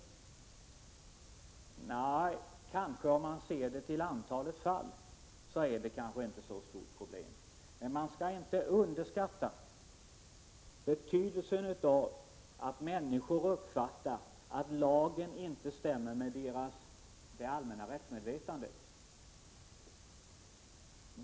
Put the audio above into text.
Det stämmer kanske om man ser till antalet fall, men man skall inte underskatta betydelsen av att människor uppfattar att lagen inte stämmer med det allmänna rättsmedvetandet.